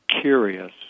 curious